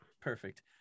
Perfect